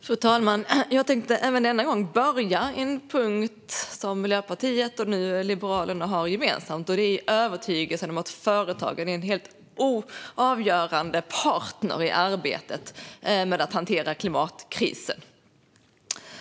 Fru talman! Jag tänkte även denna gång börja i en punkt som Miljöpartiet och nu Liberalerna har gemensamt, och det är övertygelsen om att företagen är helt avgörande partner i arbetet med att hantera klimatkrisen.